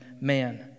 man